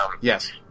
Yes